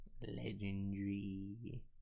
Legendary